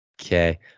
Okay